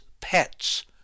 pets